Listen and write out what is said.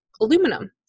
aluminum